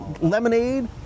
lemonade